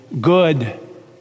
good